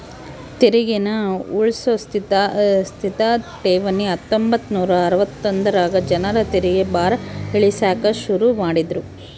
ತೆರಿಗೇನ ಉಳ್ಸೋ ಸ್ಥಿತ ಠೇವಣಿ ಹತ್ತೊಂಬತ್ ನೂರಾ ಅರವತ್ತೊಂದರಾಗ ಜನರ ತೆರಿಗೆ ಭಾರ ಇಳಿಸಾಕ ಶುರು ಮಾಡಿದ್ರು